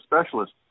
specialist